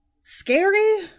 Scary